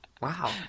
Wow